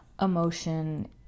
emotion